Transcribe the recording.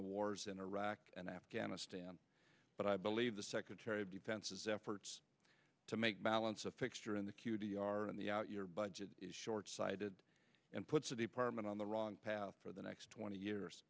the wars in iraq and afghanistan but i believe the secretary of defense is efforts to make balance a fixture in the q t r in the out your budget is short sighted and puts the department on the wrong path for the next twenty years